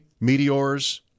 Meteors